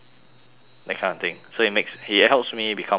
that kind of thing so it makes it helps me become more focused